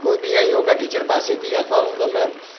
કોઈ બી આ યોગા ટીચર પાસેથી અથવા તો તમે